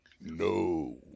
No